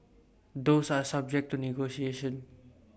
those are subject to negotiation